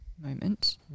moment